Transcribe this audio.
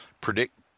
predict